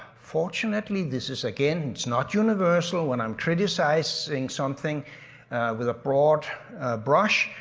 fortunately, this is again, it's not universal. when i'm criticizing something with a broad brush,